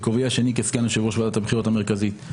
ובכובעי השני כסגן יושב-ראש ועדת הבחירות המרכזית,